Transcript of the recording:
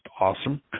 awesome